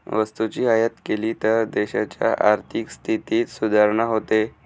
वस्तूची आयात केली तर देशाच्या आर्थिक स्थितीत सुधारणा होते